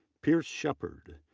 pierce shepard,